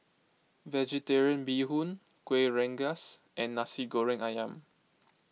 Vegetarian Bee Hoon Kuih Rengas and Nasi Goreng Ayam